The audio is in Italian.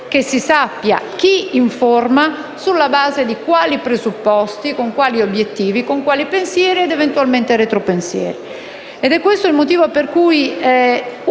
Grazie,